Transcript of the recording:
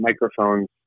microphones